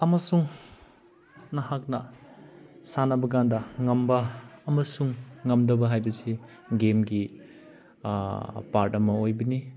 ꯑꯃꯁꯨꯡ ꯅꯍꯥꯛꯅ ꯁꯥꯟꯅꯕ ꯀꯥꯟꯗ ꯉꯝꯕ ꯑꯃꯁꯨꯡ ꯉꯝꯗꯕ ꯍꯥꯏꯕꯁꯤ ꯒꯦꯝꯒꯤ ꯄꯥꯔꯠ ꯑꯃ ꯑꯣꯏꯕꯅꯤ